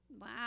Wow